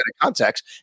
context